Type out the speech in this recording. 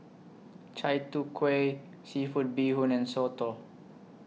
Chai Tow Kuay Seafood Bee Hoon and Soto